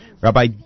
Rabbi